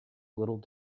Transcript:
little